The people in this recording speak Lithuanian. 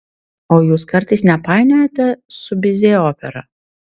o jūs kartais nepainiojate su bizė opera